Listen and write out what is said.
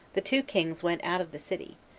the two kings went out of the city,